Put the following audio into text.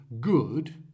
good